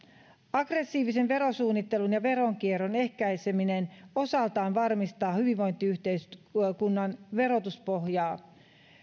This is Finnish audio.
aggressiivisen verosuunnittelun ja veronkierron ehkäiseminen osaltaan varmistaa hyvinvointiyhteiskunnan verotuspohjaa